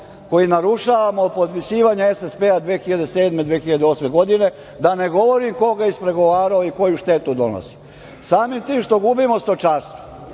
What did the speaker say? koji narušavamo potpisivanjem SSP-a 2007/2008 godine. Da ne govorim ko ga je ispregovarao i koju štetu donosi. Samim tim što gubimo stočarstvo,